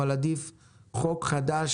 אבל עדיף חוק חדש,